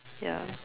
ya